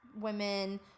women